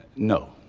no.